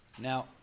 Now